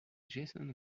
jason